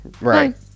Right